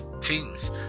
teams